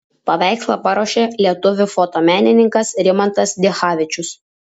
paveikslą paruošė lietuvių fotomenininkas rimantas dichavičius